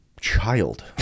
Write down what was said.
child